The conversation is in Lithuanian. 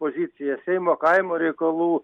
pozicija seimo kaimo reikalų